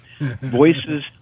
voices